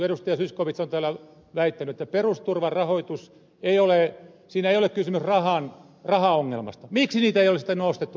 zyskowicz on täällä väittänyt että perusturvan rahoituksessa ei ole kysymys rahaongelmasta niin miksi näitä perusturvaetuuksia ei ole sitten nostettu